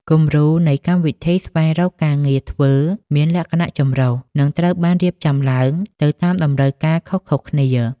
គំរូនៃកម្មវិធីស្វែងរកការងារធ្វើមានលក្ខណៈចម្រុះ និងត្រូវបានរៀបចំឡើងទៅតាមតម្រូវការខុសៗគ្នា។